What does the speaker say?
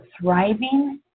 thriving